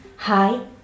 Hi